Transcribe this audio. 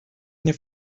nie